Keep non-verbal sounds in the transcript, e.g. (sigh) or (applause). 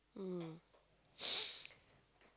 mm (noise)